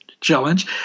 challenge